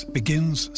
begins